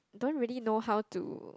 don't really know how to